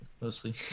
Mostly